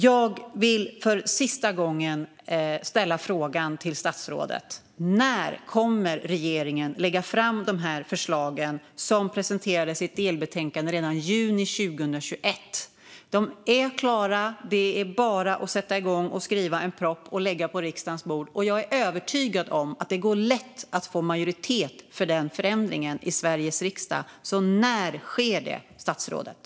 Jag vill för sista gången ställa frågan till statsrådet: När kommer regeringen att lägga fram dessa förslag, som presenterades i ett delbetänkande redan i juni 2021? De är klara, och det är bara att sätta igång och skriva en proposition och lägga på riksdagens bord. Jag är övertygad om att det går lätt att få majoritet för den förändringen i Sveriges riksdag. När sker det, statsrådet?